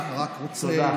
לא, אני